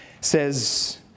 says